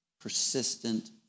persistent